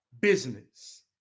business